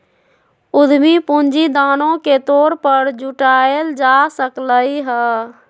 उधमी पूंजी दानो के तौर पर जुटाएल जा सकलई ह